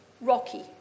rocky